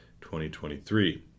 2023